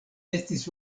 estis